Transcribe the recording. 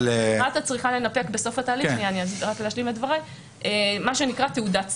צריכה לנפק בסוף התהליך מה שנקרא "תעודת סוג".